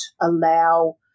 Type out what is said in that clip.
allow